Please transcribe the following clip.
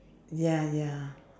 ya ya